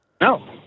No